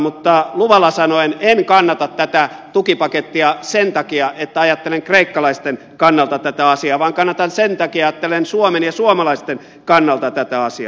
mutta luvalla sanoen en kannata tätä tukipakettia sen takia että ajattelen kreikkalaisten kannalta tätä asiaa vaan kannatan sen takia että ajattelen suomen ja suomalaisten kannalta tätä asiaa